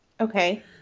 Okay